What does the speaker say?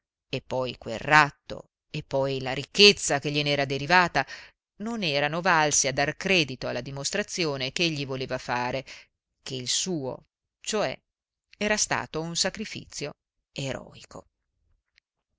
e poi quel ratto e poi la ricchezza che glien'era derivata non erano valsi a dar credito alla dimostrazione ch'egli voleva fare che il suo cioè era stato un sacrifizio eroico